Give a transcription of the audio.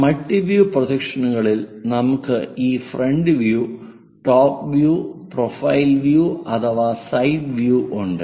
multi view പ്രൊജക്ഷനുകളിൽ നമുക്ക് ഈ front view top view profile view അഥവാ സൈഡ് വ്യൂ ഉണ്ട്